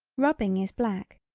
rubbing is black.